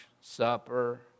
supper